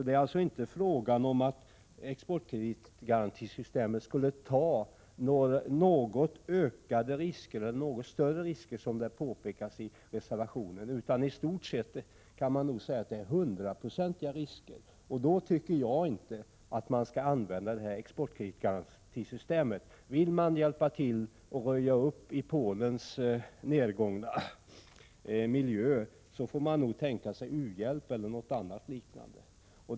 Det är alltså inte, som det sägs i reservationen, fråga om att exportkreditgarantisystemet skulle ta något större risker, utan i stort sett är det nog hundraprocentiga risker. Då tycker inte jag att man skall använda exportkreditgarantisystemet. Vill man hjälpa till att röja upp i Polens nedgångna miljö, får man nog tänka sig u-hjälp eller något liknande.